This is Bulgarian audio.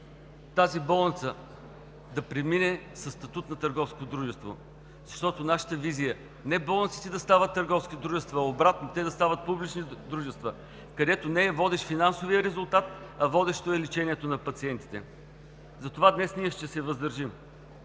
тази болница да премине със статут на търговско дружество, защото нашата визия е не болниците да стават търговски дружества, а обратно – те да стават публични дружества, където не е водещ финансовият резултат, а водещо е лечението на пациентите. Затова днес ние ще се въздържим.